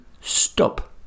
stop